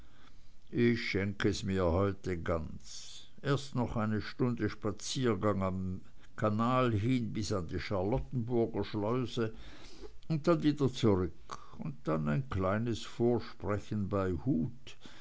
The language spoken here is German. ich schenk es mir heute ganz erst noch eine stunde spaziergang am kanal hin bis an die charlottenburger schleuse und dann wieder zurück und dann ein kleines vorsprechen bei huth